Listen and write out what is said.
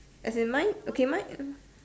as in mine okay mine